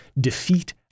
defeat